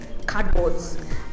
cardboards